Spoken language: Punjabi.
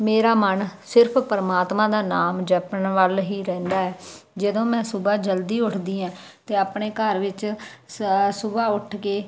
ਮੇਰਾ ਮਨ ਸਿਰਫ ਪਰਮਾਤਮਾ ਦਾ ਨਾਮ ਜਪਣ ਵੱਲ ਹੀ ਰਹਿੰਦਾ ਜਦੋਂ ਮੈਂ ਸੁਬਹਾ ਜਲਦੀ ਉੱਠਦੀ ਹੈ ਅਤੇ ਆਪਣੇ ਘਰ ਵਿੱਚ ਸ ਸੁਬਹਾ ਉੱਠ ਕੇ